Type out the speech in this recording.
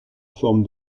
forme